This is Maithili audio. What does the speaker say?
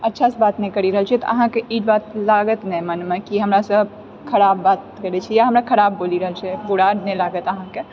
अच्छासँ बात नहि करी रहल छियै तऽ अहाँके ई बात लागत नहि मनमे कि हमरासँ खराब बात करै छै या हमरा खराब बोली रहलो छै बुरा नहि लागत अहाँके